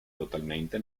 totalmente